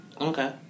Okay